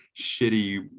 shitty